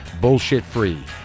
bullshit-free